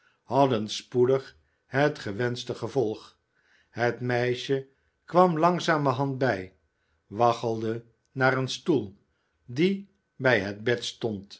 hadden spoedig het gewenschte gevolg het meisje kwam langzamerhand bij waggelde naar een stoel die bij het bed stond